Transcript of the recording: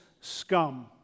scum